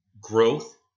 growth